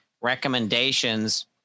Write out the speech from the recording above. recommendations